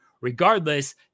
Regardless